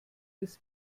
des